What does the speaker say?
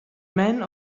men